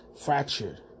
Fractured